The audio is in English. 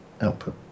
output